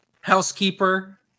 Housekeeper